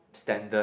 standard